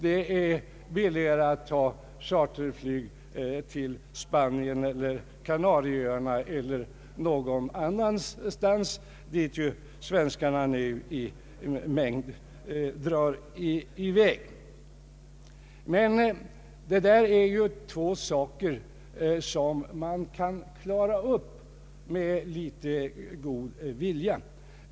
Det är billigare att ta charterflyg till Spanien, Kanarieöarna eller någon annanstans dit svenskarna nu i mängd drar i väg. Detta är emellertid saker som man kan klara upp med litet god vilja.